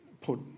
put